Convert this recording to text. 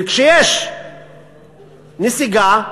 כשיש נסיגה,